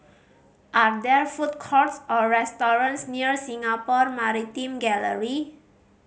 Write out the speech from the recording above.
are there food courts or restaurants near Singapore Maritime Gallery